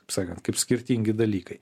kaip sakant kaip skirtingi dalykai